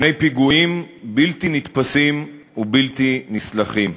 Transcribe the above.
שני פיגועים בלתי נתפסים ובלתי נסלחים,